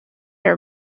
are